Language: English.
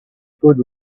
good